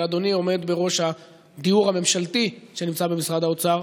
ואדוני עומד בראש הדיור הממשלתי שנמצא במשרד האוצר.